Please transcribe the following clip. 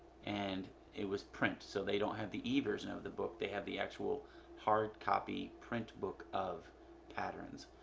and it was print, so they don't have the e-version of the book. they have the actual hard copy print book of patterns.